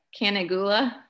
canagula